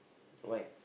why